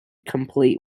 complete